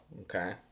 Okay